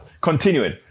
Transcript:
continuing